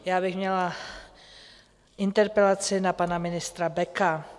Já bych měla interpelaci na pana ministra Beka.